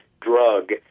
drug